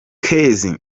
kezi